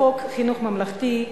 בחוק חינוך ממלכתי,